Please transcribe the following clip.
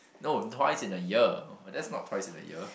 no twice in a year that's not twice in a year